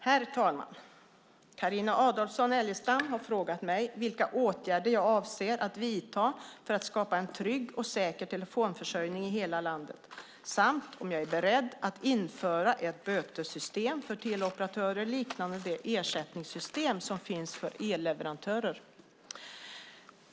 Herr talman! Carina Adolfsson Elgestam har frågat mig vilka åtgärder jag avser att vidta för att skapa en trygg och säker telefonförsörjning i hela landet samt om jag är beredd att införa ett bötessystem för teleoperatörer liknande det ersättningssystem som finns för elleverantörer.